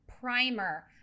primer